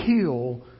kill